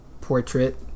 portrait